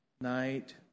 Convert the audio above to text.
night